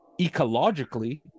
ecologically